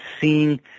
seeing